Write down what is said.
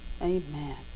Amen